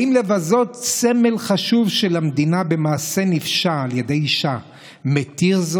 האם לבזות סמל חשוב של המדינה במעשה נפשע על ידי אישה זה מתיר?